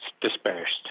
dispersed